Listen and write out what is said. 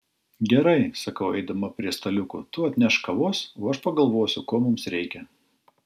gerai sakau eidama prie staliukų tu atnešk kavos o aš pagalvosiu ko mums reikia